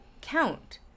count